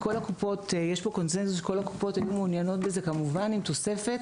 יש פה קונצנזוס שכל הקופות היו מעוניינות שזה יקרה עם תוספת